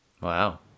Wow